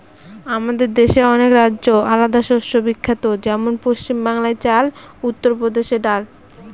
আমাদের দেশের অনেক রাজ্যে আলাদা শস্য বিখ্যাত যেমন পশ্চিম বাংলায় চাল, উত্তর প্রদেশে ডাল